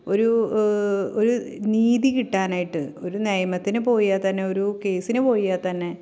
ഒരൂ ഒരു നീതി കിട്ടാനായിട്ട് ഒരു നിയമത്തിന് പോയാൽ തന്നെ ഒരൂ കേസിന് പോയാൽ തന്നെ